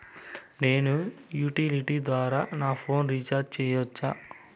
నేను యుటిలిటీ ద్వారా నా ఫోను రీచార్జి సేయొచ్చా?